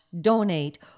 donate